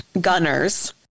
gunners